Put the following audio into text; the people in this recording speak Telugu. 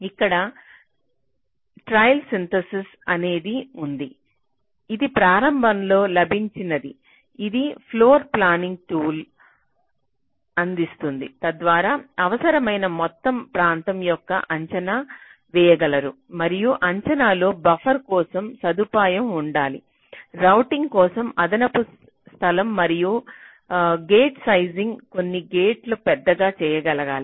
ఇక్కడ ట్రయల్ సింథసిస్ అనేది ఉంది ఇది ప్రారంభంలో లభించినది ఇది ఫ్లోర్ప్లానింగ్ టూల్ అందిస్తుంది తద్వారా అవసరమైన మొత్తం ప్రాంతం యొక్క అంచనా వేయగలరు మరియు అంచనాలో బఫర్ల కోసం సదుపాయం ఉండాలి రౌటింగ్ కోసం అదనపు స్థలం మరియు గేట్ సైజింగ్ కొన్ని గేట్లు పెద్దగా చేయగలగాలి